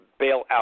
bailout